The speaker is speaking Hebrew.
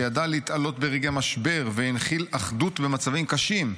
שידע להתעלות ברגעי משבר והנחיל אחדות במצבים קשים,